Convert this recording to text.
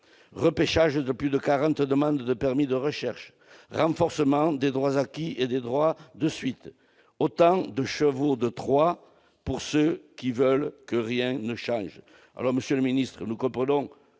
repêchage de plus de quarante demandes de permis de recherche, renforcement des droits acquis et des droits de suite, autant de chevaux de Troie pour ceux qui veulent que rien ne change